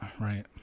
right